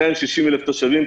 מתוך 260,000 תושבים.